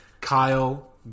Kyle